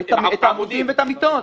את העמודים ואת המיטות.